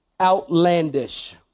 outlandish